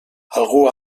algú